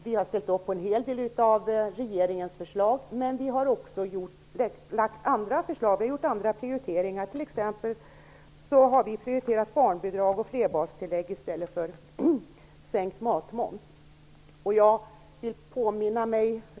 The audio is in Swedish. Vi har ställt oss bakom en hel del av regeringens förslag, men vi har också lagt fram andra förslag och gjort andra prioriteringar. Vi har t.ex. prioriterat barnbidrag och flerbarnstillägg framför en sänkning av matmomsen.